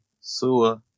Sua